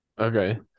Okay